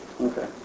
Okay